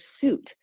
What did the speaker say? suit